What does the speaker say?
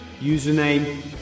username